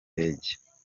page